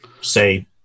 say